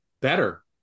better